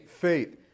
Faith